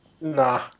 Nah